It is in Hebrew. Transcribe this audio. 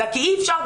אלא כי אי אפשר,